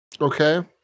okay